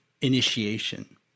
initiation